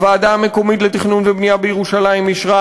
הוועדה המקומית לתכנון ובנייה בירושלים אישרה